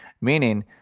meaning